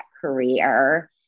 career